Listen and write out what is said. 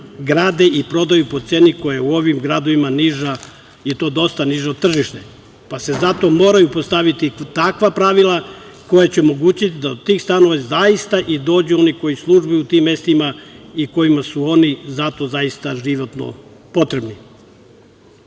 grade i prodaju po ceni koja je u ovim gradovima niža, i to dosta niža od tržišne, pa se zato moraju postaviti takva pravila koja će omogućiti da do tih stanova zaista i dođu oni koji službuju u tim mestima i kojima su oni zato zaista životno potrebni. Kao